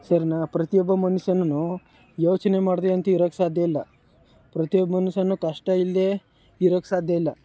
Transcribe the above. ಸರಿನಾ ಪ್ರತಿಯೊಬ್ಬ ಮನುಷ್ಯನೂ ಯೋಚನೆ ಮಾಡದೆ ಅಂತೂ ಇರೋಕೆ ಸಾಧ್ಯ ಇಲ್ಲ ಪ್ರತಿಯೊಬ್ಬ ಮನುಷ್ಯನೂ ಕಷ್ಟ ಇಲ್ಲದೇ ಇರೋಕೆ ಸಾಧ್ಯ ಇಲ್ಲ